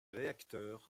réacteurs